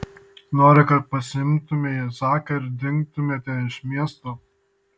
noriu kad pasiimtumei zaką ir dingtumėte iš miesto